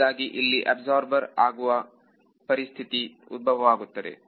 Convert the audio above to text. ಹೀಗಾಗಿ ಇಲ್ಲಿ ಅಬ್ಸಾರ್ಬ ಆಗುವ ಪರಿಸ್ಥಿತಿ ಉದ್ಭವವಾಗುತ್ತದೆ